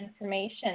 information